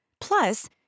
Plus